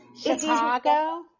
Chicago